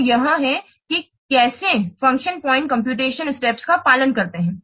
तो यह है कि कैसे फंक्शन प्वाइंट कम्प्यूटेशन चरणों का पालन करते हैं